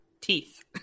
teeth